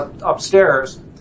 upstairs